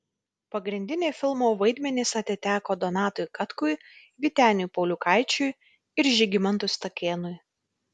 pagrindiniai filmo vaidmenys atiteko donatui katkui vyteniui pauliukaičiui ir žygimantui stakėnui